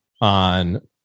on